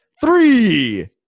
three